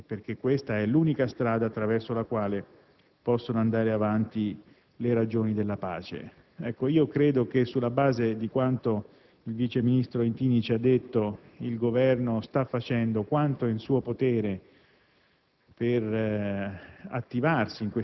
decisiva in quell'area, perché questa è l'unica strada attraverso la quale possono andare avanti le ragioni della pace. Credo che, sulla base di quanto detto dal vice ministro Intini, il Governo stia facendo quanto in suo potere